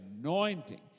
anointing